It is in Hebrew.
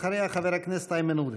אחריה, חבר הכנסת איימן עודה.